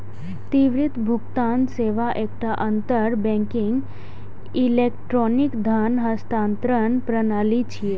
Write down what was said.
त्वरित भुगतान सेवा एकटा अंतर बैंकिंग इलेक्ट्रॉनिक धन हस्तांतरण प्रणाली छियै